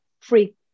free